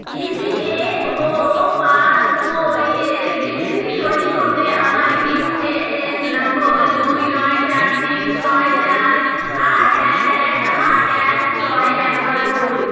EPFO পাসবই এর বিবৃতি তৈরি করতে আমার ইউএএন নাম্বার দুই নয় চার তিন ছয় চার আট এক এক আট এক ছয় ব্যবহার করুন